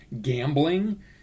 gambling